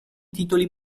titoli